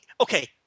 okay